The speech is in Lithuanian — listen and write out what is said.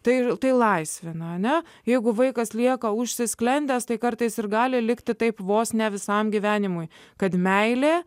tai tai laisvė na ne jeigu vaikas lieka užsisklendęs tai kartais ir gali likti taip vos ne visam gyvenimui kad meilė